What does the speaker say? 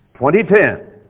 2010